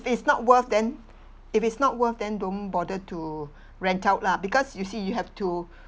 it's not worth then if it's not worth then don't bother to rent out lah because you see you have to